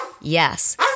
Yes